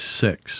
six